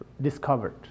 discovered